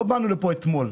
לא באנו לפה אתמול.